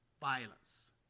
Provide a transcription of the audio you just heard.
violence